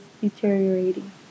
deteriorating